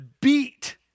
beat